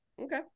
Okay